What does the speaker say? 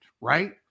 right